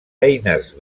eines